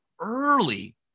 early